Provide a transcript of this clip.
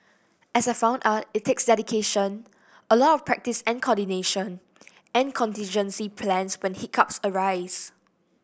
as I found out it takes dedication a lot of practice and coordination and contingency plans when hiccups arise